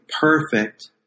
perfect